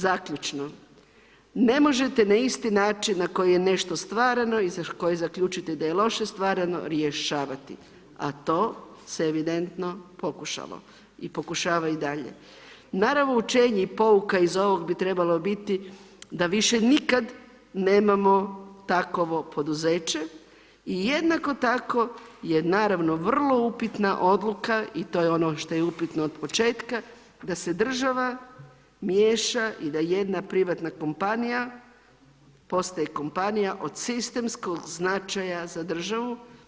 Zaključno, ne možete na isti način na koji je nešto stvarano i za koji zaključite da je loše stvarano rješavati, a to se evidentno pokušalo i pokušava i dalje. ... pouka iz ovog bi trebalo biti da više nikad nemamo takovo poduzeće i jednako tako je naravno, vrlo upitna odluka i to je ono što je upitno od početka, da se država miješa i da jedna privatna kompanija postaje kompanija od sistemskog značaja za državu.